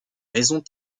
raisons